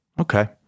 Okay